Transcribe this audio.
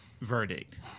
verdict